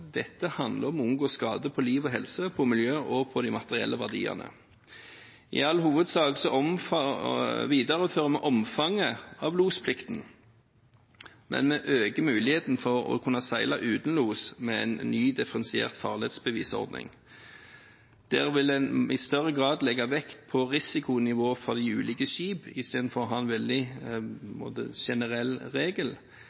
Dette handler om å unngå skade på liv og helse, på miljø og på de materielle verdiene. I all hovedsak viderefører vi omfanget av losplikten, men vi øker muligheten for å kunne seile uten los med en ny, differensiert farledsbevisordning. Der vil en i større grad legge vekt på risikonivå for de ulike skip istedenfor å ha en veldig